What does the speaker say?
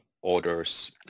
orders